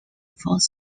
fourth